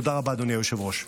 תודה רבה, אדוני היושב-ראש.